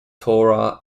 torah